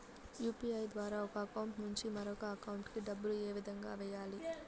UPI ద్వారా ఒక account నుంచి మరొక అకౌంట్ కి డబ్బులు ఏ విధంగా వెయ్యాలి